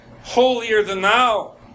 holier-than-thou